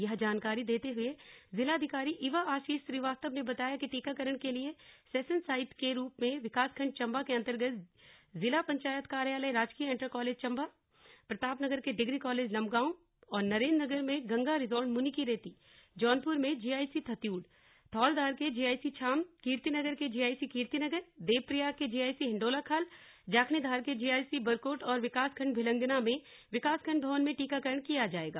यह जानकारी देते हुए जिलाधिकारी इवा आशीष श्रीवास्तव ने बताया कि टीकाकरण के लिए सेशन साइट के रूप में विकासखंड चम्बा के अंतर्गत जिला पंचायत कार्यालय राजकीय इंटर कालेज चम्बा प्रतापनगर के डिग्री कॉलेज लंबगांव और नरेंद्रनगर में गंगा रिसोर्ट मुनिकीरेती जौनपुर में जीआईसी थत्यूड़ थौलधार के जीआईसी छाम कीर्तिनगर के जीआईसी कीर्तिनगर देवप्रयाग के जीआईसी हिंडोलाखाल जाखणीधार के जीआईसी बरकोट और विकासखंड भिलंगना में विकासखंड भवन में टीकाकरण किया जाएगा